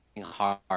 hard